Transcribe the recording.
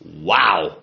Wow